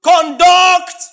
conduct